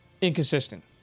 inconsistent